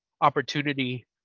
opportunity